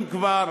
אם כבר,